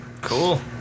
Cool